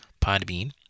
Podbean